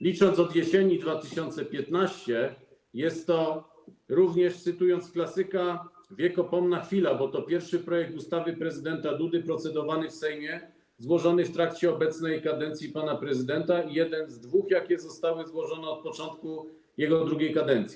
Licząc od jesieni 2015 r. jest to - również cytując klasyka - wiekopomna chwila, bo to pierwszy projekt ustawy prezydenta Dudy procedowany w Sejmie złożony w trakcie obecnej kadencji pana prezydenta i jeden z dwóch, jakie zostały złożone od początku jego II kadencji.